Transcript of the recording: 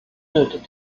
nötig